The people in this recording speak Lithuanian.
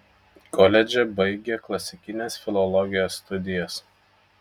koledže baigė klasikinės filologijos studijas